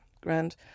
grand